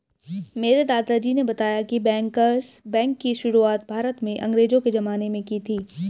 मेरे दादाजी ने बताया की बैंकर्स बैंक की शुरुआत भारत में अंग्रेज़ो के ज़माने में की थी